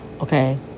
okay